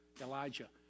Elijah